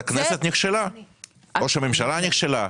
אז הכנסת נכשלה או שהממשלה נכשלה,